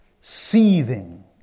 seething